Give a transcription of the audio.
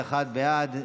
21 בעד,